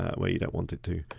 where you don't want it to.